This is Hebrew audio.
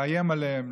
לאיים עליהם,